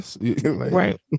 Right